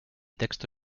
texto